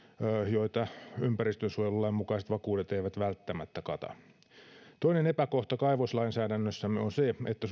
joita ympäristönsuojelulain mukaiset vakuudet eivät välttämättä kata toinen epäkohta kaivoslainsäädännössämme on se että